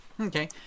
Okay